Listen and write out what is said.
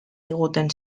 diguten